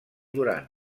duran